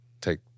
Take